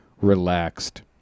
relaxed